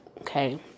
okay